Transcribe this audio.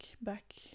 back